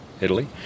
Italy